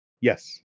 Yes